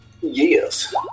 Yes